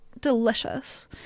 delicious